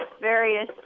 various